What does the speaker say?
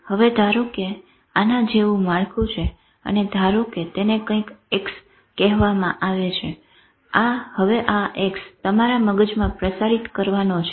હવે ધારો કે આના જેવું માળખું છે અને ધારો કે તેને કંઈક X કહેવામાં આવે છે હવે આ X તમારા મગજમાં પ્રસારિત કરવાનો છે